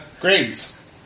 grades